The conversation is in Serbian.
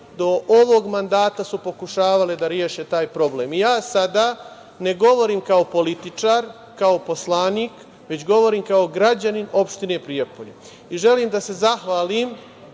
do ovog mandata su pokušavale da reše taj problem. Ja sada ne govorim kao političar, kao poslanik, već govorim kao građanin opštine Prijepolje. Želim da se zahvalim